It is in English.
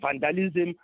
vandalism